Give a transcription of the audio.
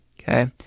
Okay